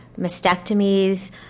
mastectomies